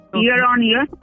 year-on-year